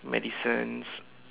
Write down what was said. medicines